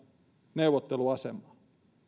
neuvotteluasemaa